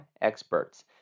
experts